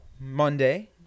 Monday